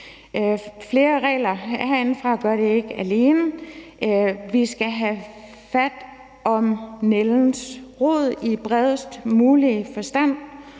Flere regler herinde fra gør det ikke alene. Vi skal have fat om nældens rod i bredest mulige forstand,